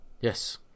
yes